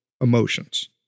emotions